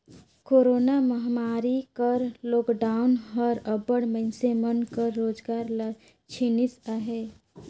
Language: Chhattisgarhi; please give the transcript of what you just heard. कोरोना महमारी कर लॉकडाउन हर अब्बड़ मइनसे मन कर रोजगार ल छीनिस अहे